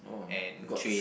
and train